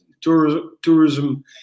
tourism